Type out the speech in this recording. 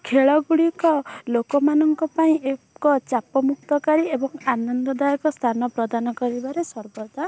ଖେଳଗୁଡ଼ିକ ଲୋକମାନଙ୍କ ପାଇଁ ଏକ ଚାପ ମୁକ୍ତକାରୀ ଏବଂ ଆନନ୍ଦଦାୟକ ସ୍ଥାନ ପ୍ରଦାନ କରିବାରେ ସର୍ବଦା